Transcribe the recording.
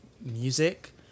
music